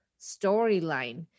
storyline